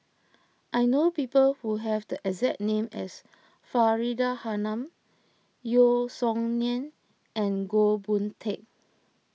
I know people who have the exact name as Faridah Hanum Yeo Song Nian and Goh Boon Teck